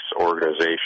organization